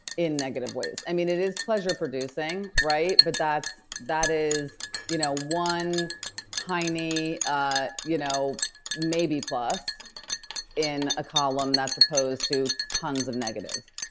in negative ways. i mean, it is pleasure producing, right? but that is you know one tiny ah you know maybe plus in a column that's opposed to tons of negatives